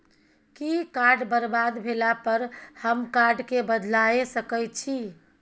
कि कार्ड बरबाद भेला पर हम कार्ड केँ बदलाए सकै छी?